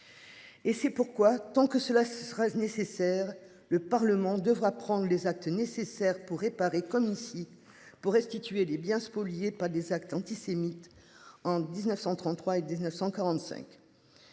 Et c'est pourquoi tant que cela sera nécessaire, le Parlement devra prendre les actes nécessaires pour réparer, comme ici pour restituer les biens spoliés pas des actes antisémites en 1933 et 1945.